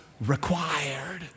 required